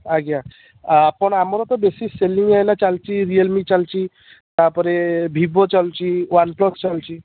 ଆଜ୍ଞା ଆପଣ ଆମର ତ ବେଶି ସେଲିଂ ଏଇନା ଚାଲିଛି ରିଅଲମି ଚାଲିଛି ତା'ପରେ ଭିଭୋ ଚାଲିଛି ୱାନପ୍ଲସ୍ ଚାଲିଛି